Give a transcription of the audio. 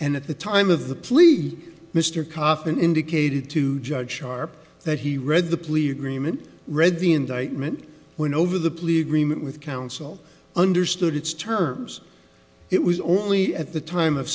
and at the time of the please mr kaufman indicated to judge sharp that he read the plea agreement read the indictment win over the plea agreement with counsel understood its terms it was only at the time of